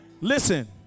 Listen